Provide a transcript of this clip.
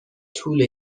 طول